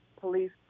police